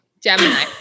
Gemini